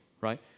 right